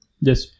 Yes